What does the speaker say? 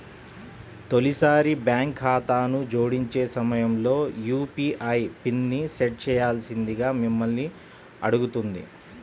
తొలిసారి బ్యాంక్ ఖాతాను జోడించే సమయంలో యూ.పీ.ఐ పిన్ని సెట్ చేయాల్సిందిగా మిమ్మల్ని అడుగుతుంది